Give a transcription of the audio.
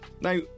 Now